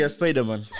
Spider-Man